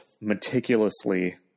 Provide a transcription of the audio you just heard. meticulously